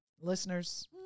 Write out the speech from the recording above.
Listeners